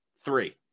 three